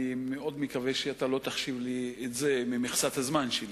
ואני מקווה שלא תחשיב לי את זה כחלק ממכסת הזמן שלי.